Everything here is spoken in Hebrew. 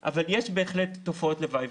אבל יש בהחלט תופעות לוואי.